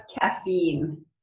caffeine